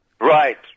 Right